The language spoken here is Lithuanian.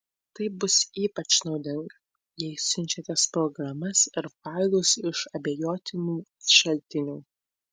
tai bus ypač naudinga jei siunčiatės programas ir failus iš abejotinų šaltinių